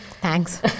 thanks